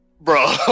Bro